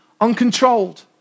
Uncontrolled